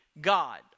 God